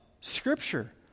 scripture